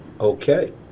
Okay